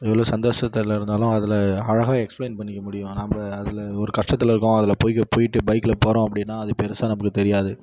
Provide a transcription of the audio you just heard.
எவ்வளோ சந்தோஷத்தில் இருந்தாலும் அதில் அழகாக எக்ஸ்பிளைன் பண்ணிக்க முடியும் நம்ப அதில் ஒரு கஷ்டத்தில் இருக்கோம் அதில் போய் போயிவிட்டு பைக்கில போகறோம் அப்படின்னா அது பெருசாக நம்பளுக்கு தெரியாது